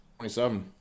27